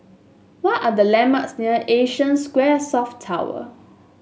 what are the landmarks near Asia Square South Tower